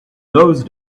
those